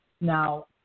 now